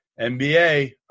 NBA